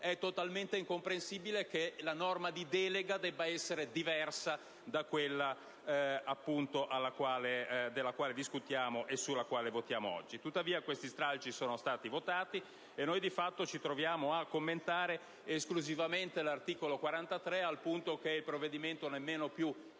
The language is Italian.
è totalmente incomprensibile che la norma di delega debba essere diversa da quella della quale discutiamo e sulla quale votiamo oggi. Tuttavia, questi stralci sono stati votati, e noi di fatto ci troviamo a commentare esclusivamente l'articolo 43, al punto che il provvedimento nemmeno più